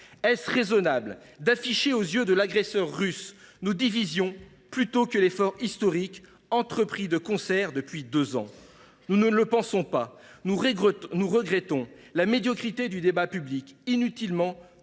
Est il raisonnable d’afficher aux yeux de l’agresseur russe nos divisions, plutôt que l’effort historique entrepris de concert depuis deux ans ? Nous ne le pensons pas, et nous regrettons la médiocrité du débat public, qui est